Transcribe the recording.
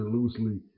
Loosely